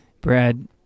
Brad